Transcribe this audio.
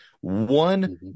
One